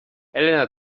elena